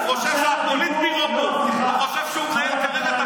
הוא חושב שהוא מנהל כרגע את